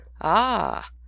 Ah